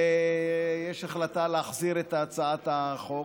ויש החלטה להחזיר את הצעת החוק,